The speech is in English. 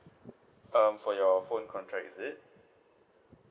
um for your phone contract is it